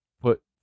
put